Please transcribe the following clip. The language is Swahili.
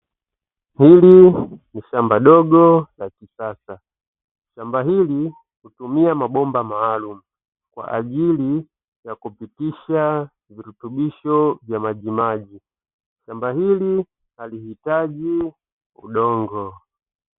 Hili ni shamba dogo la kisasa. Shamba hili hutumia mabomba maalumu kwa ajili ya kupitisha virutubisho vya majimaji. Shamba hili halihitaji udongo.